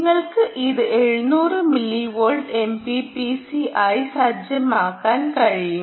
നിങ്ങൾക്ക് ഇത് 700 millivolt MPPC ആയി സജ്ജമാക്കാൻ കഴിയും